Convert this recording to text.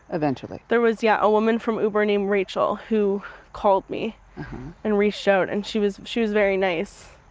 eventually. there was, yeah, a woman from uber named rachel, who called me and reached out and she was she was very nice.